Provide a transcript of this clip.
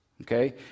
Okay